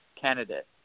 candidate